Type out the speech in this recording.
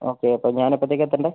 okay അപ്പം ഞാൻ എപ്പത്തേക്കാണ് എത്തണ്ടത്